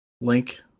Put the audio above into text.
link